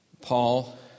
Paul